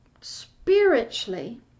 spiritually